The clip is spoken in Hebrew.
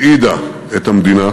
שהרעידה את המדינה,